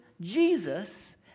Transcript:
Jesus